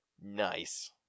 Nice